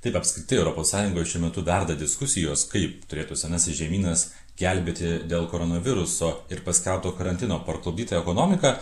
taip apskritai europos sąjungoje šiuo metu verda diskusijos kaip turėtų senasis žemynas gelbėti dėl koronaviruso ir paskelbto karantino parklupdytą ekonomiką